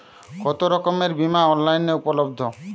কতোরকমের বিমা অনলাইনে উপলব্ধ?